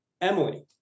Emily